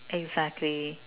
exactly